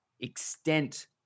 extent